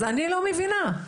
אני לא מבינה.